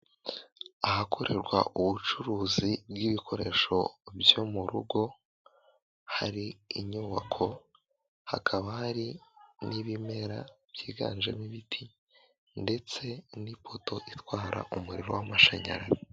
Ahakorerwa ubucuruzi bw'ibikoresho byo mu rugo hari inyubako hakaba hari n'ibimera byiganjemo ibiti ndetse n'ipoto itwara umuriro w'amashanyarazi.